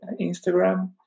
Instagram